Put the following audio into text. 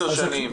עשר שנים?